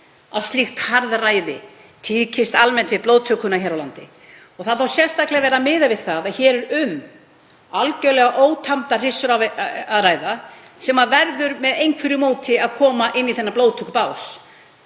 að slíkt harðræði tíðkist almennt við blóðtökuna hér á landi.“ Það var sérstaklega verið að miða við það að hér er um algerlega ótamdar hryssur að ræða sem verður með einhverju móti að koma inn í þennan blóðtökubás